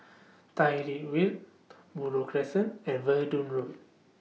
Tyrwhitt Road Buroh Crescent and Verdun Road